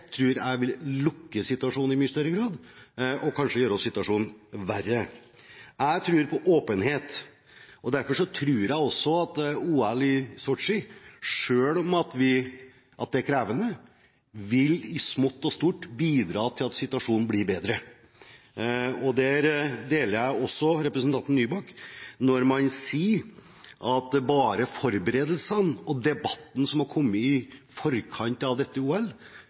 jeg vil lukke situasjonen i mye større grad og kanskje gjøre situasjonen verre. Jeg tror på åpenhet, og derfor tror jeg også at OL i Sotsji i smått og stort vil bidra til at situasjonen blir bedre, selv om det er krevende. Her deler jeg også synspunktet til representanten Nybakk når hun sier at bare forberedelsene og debatten som har kommet i forkant av dette OL,